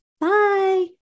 Bye